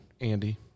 Andy